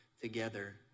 together